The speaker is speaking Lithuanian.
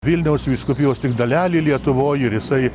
vilniaus vyskupijos tik dalelė lietuvoj ir jisai